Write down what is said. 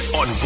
on